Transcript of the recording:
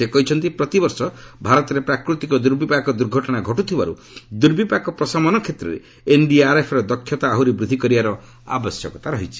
ସେ କହିଛନ୍ତି ପ୍ରତିବର୍ଷ ଭାରତରେ ପ୍ରାକୃତିକ ଦୁର୍ବିପାକ ଦୁର୍ଘଟଣା ଘଟୁଥିବାରୁ ଦୁର୍ବିପାକ ପ୍ରଶମନ କ୍ଷେତ୍ରରେ ଏନ୍ଡିଆର୍ଏଫ୍ର ଦକ୍ଷତା ଆହୁରି ବୃଦ୍ଧି କରିବାର ଆବଶ୍ୟକତା ରହିଛି